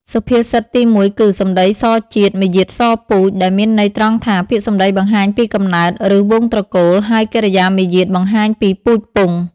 សុភាសិតទីមួយគឺ សម្តីសជាតិ មារយាទសពូជ ដែលមានន័យត្រង់ថា ពាក្យសម្ដីបង្ហាញពីកំណើត ឬវង្សត្រកូល ហើយកិរិយាមារយាទបង្ហាញពីពូជពង្ស។